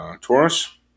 Taurus